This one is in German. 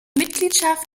mitgliedschaft